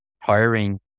hiring